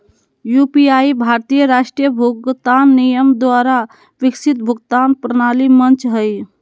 UPI भारतीय राष्ट्रीय भुगतान निगम द्वारा विकसित भुगतान प्रणाली मंच हइ